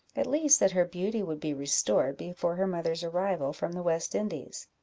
at least that her beauty would be restored before her mother's arrival from the west indies.